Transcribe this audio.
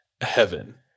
heaven